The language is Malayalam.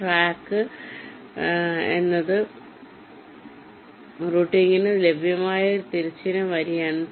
ട്രാക്ക് ട്രാക്ക് എന്നത് റൂട്ടിംഗിന് ലഭ്യമായ ഒരു തിരശ്ചീന വരിയാണ്